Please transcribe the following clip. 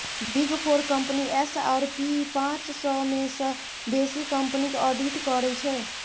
big four company S आओर P पाँच सय मे सँ बेसी कंपनीक आडिट करै छै